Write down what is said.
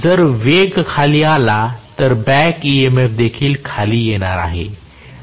जर वेग खाली आला तर बॅक EMF देखील खाली येणार आहे